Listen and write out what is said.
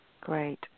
great